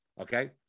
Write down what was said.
Okay